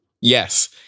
yes